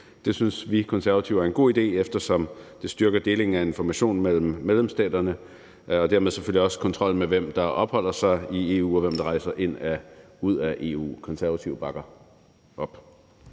Det synes vi Konservative er en god idé, eftersom det styrker delingen af information mellem medlemsstaterne og dermed selvfølgelig også kontrollen med, hvem der opholder sig i EU, og hvem der rejser ind og ud af EU. Konservative bakker op.